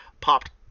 popped